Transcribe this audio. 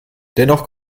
dennoch